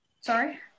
Sorry